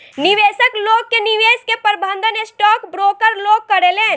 निवेशक लोग के निवेश के प्रबंधन स्टॉक ब्रोकर लोग करेलेन